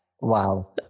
Wow